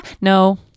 no